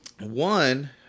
One